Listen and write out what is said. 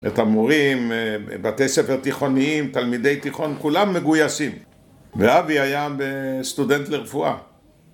‫את המורים, בתי ספר תיכוניים, ‫תלמידי תיכון, כולם מגויסים. ‫ואבי היה סטודנט לרפואה.